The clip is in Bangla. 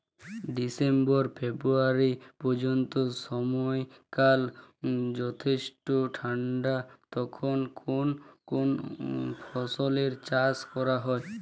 ডিসেম্বর ফেব্রুয়ারি পর্যন্ত সময়কাল যথেষ্ট ঠান্ডা তখন কোন কোন ফসলের চাষ করা হয়?